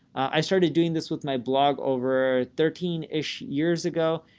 i started doing this with my blog over thirteen ish years ago.